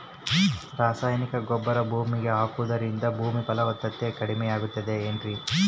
ರಾಸಾಯನಿಕ ಗೊಬ್ಬರ ಭೂಮಿಗೆ ಹಾಕುವುದರಿಂದ ಭೂಮಿಯ ಫಲವತ್ತತೆ ಕಡಿಮೆಯಾಗುತ್ತದೆ ಏನ್ರಿ?